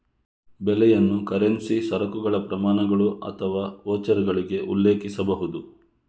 ಬೆಲೆಯನ್ನು ಕರೆನ್ಸಿ, ಸರಕುಗಳ ಪ್ರಮಾಣಗಳು ಅಥವಾ ವೋಚರ್ಗಳಿಗೆ ಉಲ್ಲೇಖಿಸಬಹುದು